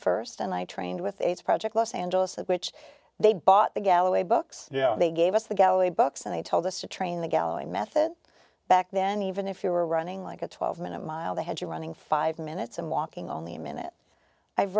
my st and i trained with aids project los angeles which they bought the galloway books yeah they gave us the galley books and they told us to train the galley method back then even if you were running like a twelve minute mile they had you running five minutes and walking only a minute i've